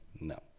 No